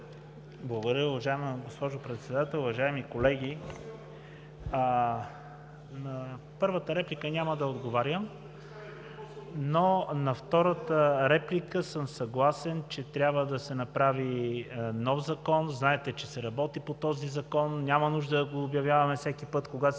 Благодаря, уважаема госпожо Председател! Уважаеми колеги! На първата реплика няма да отговарям, но на втората реплика съм съгласен, че трябва да се направи нов Закон. Знаете, че се работи по този Закон, няма нужда да го обявяваме всеки път, когато се